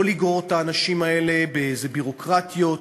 לא לגרור את האנשים האלה באיזה ביורוקרטיות,